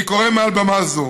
אני קורא מעל במה זו